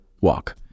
walk